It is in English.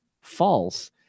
false